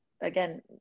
again